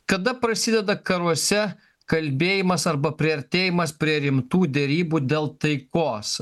kada prasideda karuose kalbėjimas arba priartėjimas prie rimtų derybų dėl taikos